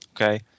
okay